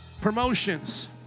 promotions